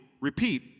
Repeat